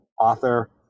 author